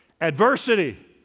Adversity